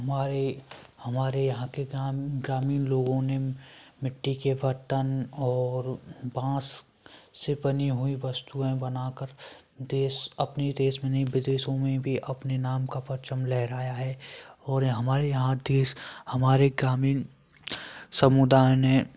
हमारे हमारे यहांँ के ग्राम ग्रामीण लोगों ने मिट्टी के बर्तन और बाँस से बनी हुई वस्तुएँ बनाकर देश अपनी देश में नहीं विदेशों में भी अपने नाम का परचम लहराया है और हमारे यहाँ तीस हमारे ग्रामीण समुदाय ने